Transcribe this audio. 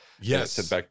Yes